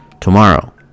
tomorrow